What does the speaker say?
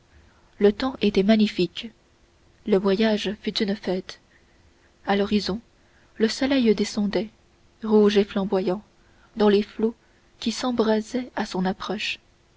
le temps était magnifique le voyage fut une fête à l'horizon le soleil descendait rouge et flamboyant dans les flots qui s'embrasaient à son approche